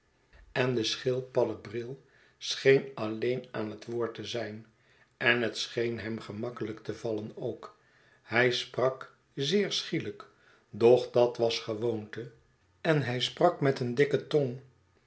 en den schildpadden bril scheen alleen aan het woord te zijn en het scheen hem gemakkelijk te vallen ook hij sprak zeer schielijk doch dat was gewoonte en hij sprak met een dikke tong